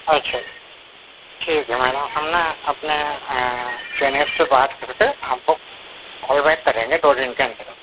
اچھا ٹھیک ہے میڈم ہم نا اپنے سینئر سے بات کر کے آپ کو کال بیک کریں گے دو دن کے اندر اندر